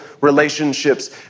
relationships